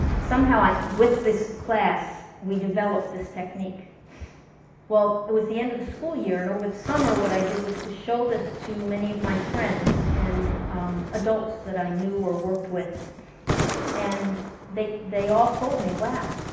somehow i with this class we developed this technique well, it was the end of the school year and over the summer what i did was to show this to many of my friends and adults that i knew or worked with and they they all told me, wow,